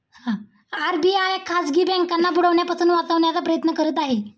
RBI खाजगी बँकांना बुडण्यापासून वाचवण्याचा प्रयत्न करत आहे